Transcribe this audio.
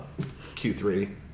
Q3